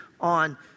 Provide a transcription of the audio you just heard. on